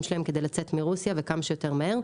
שלהם כדי לצאת מרוסיה וכמה שיותר מהר.